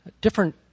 different